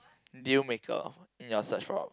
deal maker in your search for